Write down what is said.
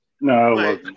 No